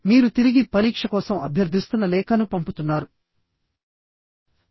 మీరు తిరిగి పరీక్ష కోసం అభ్యర్థిస్తున్న లేఖను పంపుతున్నారు